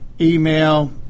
email